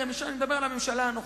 אני מדבר על הממשלה הנוכחית.